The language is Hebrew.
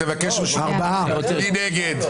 מי נגד?